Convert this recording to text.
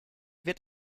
wird